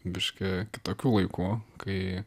biškį kitokių laikų kai